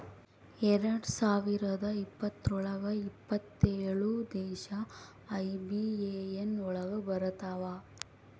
ಎರಡ್ ಸಾವಿರದ ಇಪ್ಪತ್ರೊಳಗ ಎಪ್ಪತ್ತೇಳು ದೇಶ ಐ.ಬಿ.ಎ.ಎನ್ ಒಳಗ ಬರತಾವ